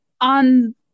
on